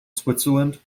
switzerland